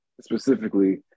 specifically